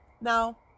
Now